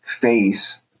face